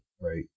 right